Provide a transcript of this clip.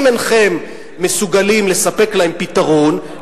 אם אינכם מסוגלים לספק להם פתרון,